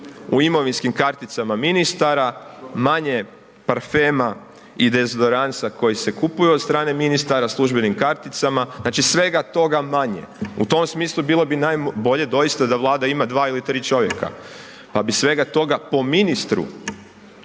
u imovinskim karticama ministara, manje parfema i dezodoransa koji se kupuje od strane ministara službenim karticama, znači svega toga manje. U tom smislu bilo bi najbolje doista da Vlada ima dva ili tri čovjeka pa bi svega toga po ministru